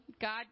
God